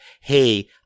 hey